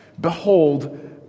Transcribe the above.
Behold